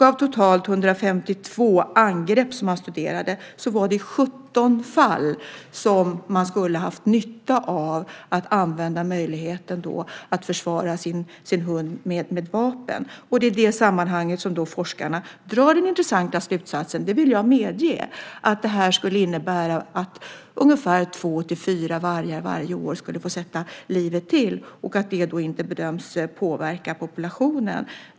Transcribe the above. Av totalt 152 angrepp som studerades var det i 17 fall som man skulle ha haft nytta av att använda möjligheten att försvara sin hund med vapen. Det är i det sammanhanget som forskarna drar den intressanta slutsatsen - det vill jag medge - att det skulle innebära att ungefär två till fyra vargar varje år skulle få sätta livet till. Det bedöms inte påverka populationen.